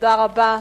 תודה רבה.